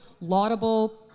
laudable